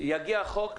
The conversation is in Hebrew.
יגיע החוק,